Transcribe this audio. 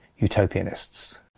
utopianists